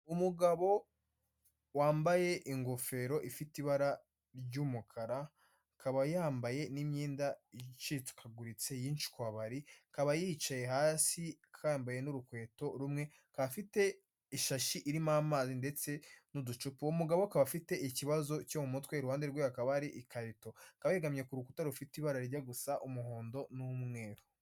Umugabo wambaye ingofero ifite ibara ry'umukara, akaba yambaye n'imyenda icikaguritse y'incwabari, akaba yicaye hasi, akaba yambaye n'urukweto rumwe, akaba afite ishashi irimo amazi ndetse n'uducupa. Uwo umugabo akaba afite ikibazo cyo mu mutwe, iruhande rwe hakaba hari ikarito, akaba yegamiye ku rukuta rufite ibara rijya gusa umuhondo n'umweru.